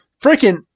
freaking